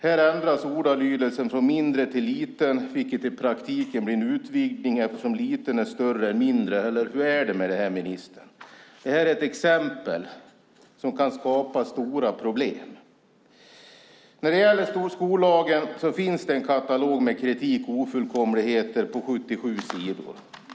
Här ändras ordalydelsen från "mindre" till "liten", vilket i praktiken blir en utvidgning eftersom "liten" är större än "mindre", eller hur är det med detta, ministern? Detta är ett exempel som kan skapa stora problem. När det gäller skollagen finns det en katalog med kritik och ofullkomligheter på 77 sidor.